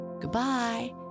Goodbye